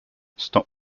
stop